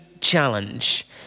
challenge